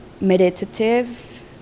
meditative